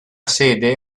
sede